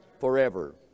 Forever